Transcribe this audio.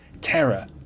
terror